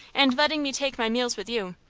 and letting me take my meals with you.